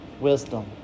wisdom